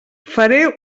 faré